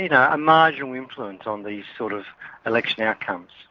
you know a marginal influence on these sort of election outcomes.